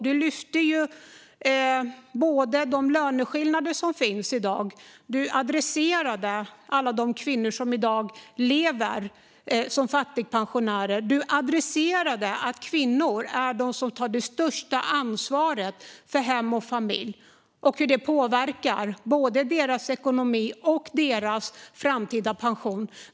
Du lyfte fram de löneskillnader som finns i dag. Du adresserade alla de kvinnor som i dag lever som fattigpensionärer. Du adresserade att kvinnor är de som tar det största ansvaret för hem och familj och hur det påverkar både deras ekonomi och deras framtida pension.